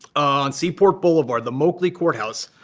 on seaport boulevard, the moakley courthouse,